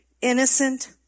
innocent